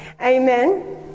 Amen